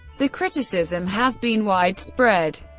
the criticism has been widespread.